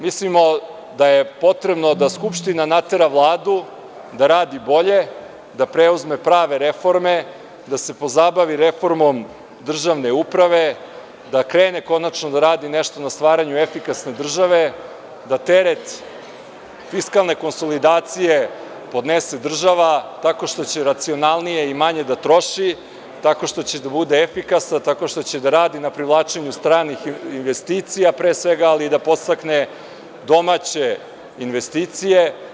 Mislimo da je potrebno da Skupština natera Vladu da radi bolje, da preuzme prave reforme, da se pozabavi reformom državne uprave, da krene konačno da radi nešto na stvaranju efikasne države, da teret fiskalne konsolidacije podnese država, tako što će racionalnije i manje da troši, tako što će da bude efikasna i tako što će da radi na privlačenju stranih investicija ali i da podstakne domaće investicije.